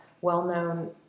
well-known